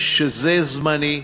שזה זמני,